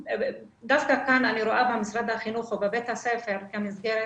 דווקא כאן אני רואה במשרד החינוך או בבית הספר כמסגרת,